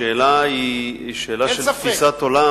השאלה היא שאלה של תפיסת עולם,